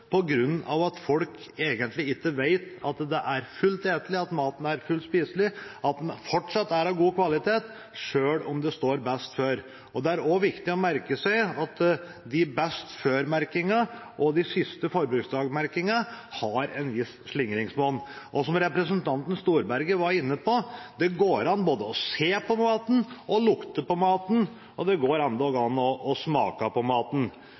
at folk ikke egentlig vet at maten er fullt spiselig, at den fortsatt er av god kvalitet, selv om det står «best før». Det er så viktig å merke seg at «best før»-merkinga og «siste forbruksdag»-merkinga har et visst slingringsmonn. Som representanten Storberget var inne på: Det går an både å se på maten og å lukte på maten – det går endog an å smake på maten.